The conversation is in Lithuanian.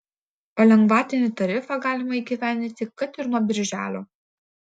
o lengvatinį tarifą galima įgyvendinti kad ir nuo birželio